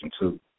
two